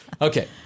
Okay